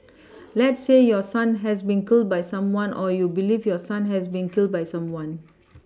let's say your son has been killed by someone or you believe your son has been killed by someone